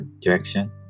direction